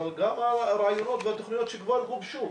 אבל גם הרעיונות והתוכניות שכבר גובשו.